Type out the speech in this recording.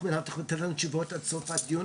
מינהל התכנון לתת לנו תשובות עד סוף הדיון?